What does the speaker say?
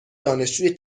دانشجوی